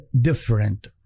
different